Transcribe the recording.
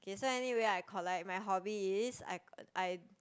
okay so anyway I collect my hobby is I I